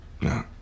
No